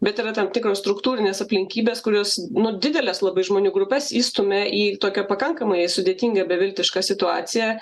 bet yra tam tikros struktūrinės aplinkybės kurios nu didelės labai žmonių grupes įstumia į tokią pakankamai sudėtingą beviltišką situaciją